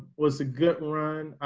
was a good run. i,